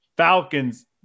Falcons